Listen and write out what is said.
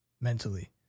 mentally